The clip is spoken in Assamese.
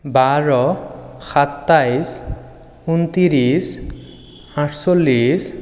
বাৰ সাতাইছ ঊনত্ৰিছ সাতচল্লিছ